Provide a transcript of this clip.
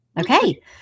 Okay